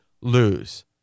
lose